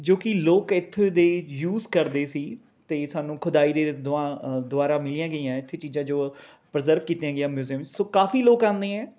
ਜੋ ਕਿ ਲੋਕ ਇੱਥੇ ਦੇ ਯੂਜ਼ ਕਰਦੇ ਸੀ ਅਤੇ ਸਾਨੂੰ ਖੁਦਾਈ ਦੇ ਦੁਆ ਦੁਆਰਾ ਮਿਲੀਆਂ ਗਈਆਂ ਇੱਥੇ ਚੀਜ਼ਾਂ ਜੋ ਪ੍ਰੀਜਰਵ ਕੀਤੀਆਂ ਗਈਆਂ ਮਿਉਜੀਅਮ 'ਚ ਸੋ ਕਾਫ਼ੀ ਲੋਕ ਆਉਂਦੇ ਹੈ